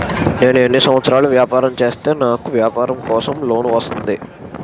నేను ఎన్ని సంవత్సరాలు వ్యాపారం చేస్తే నాకు వ్యాపారం కోసం లోన్ వస్తుంది?